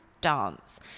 dance